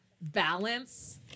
balance